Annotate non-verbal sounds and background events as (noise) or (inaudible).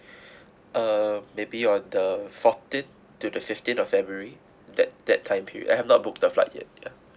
(breath) um maybe on the fourteen to the fifteen of february that that time period I have not book the flight yet ya